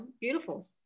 beautiful